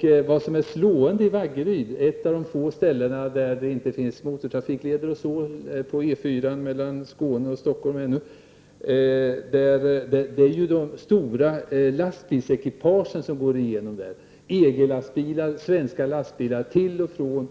Det som är slående i Vaggeryd, ett av de få ställen på E4 mellan Skåne och Stockholm där det ännu inte finns motortrafikled, är de stora lastbilsekipage som far igenom. Det är EG-lastbilar och svenska lastbilar till och från